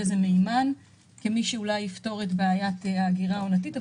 הוא מימן שאולי יפתור את בעיית האגירה העונתית,